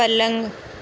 पलंग